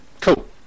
Cool